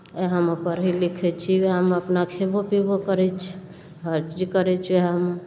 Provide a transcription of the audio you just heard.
इएहमे पढ़ै लिखै छी उएहमे अपना खेबो पीबो करै छी हर चीज करै छी उएहमे